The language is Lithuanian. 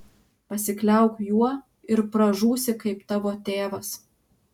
pasikliauk juo ir pražūsi kaip tavo tėvas